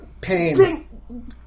pain